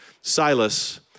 Silas